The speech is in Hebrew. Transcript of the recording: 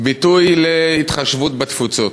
ביטוי להתחשבות בתפוצות,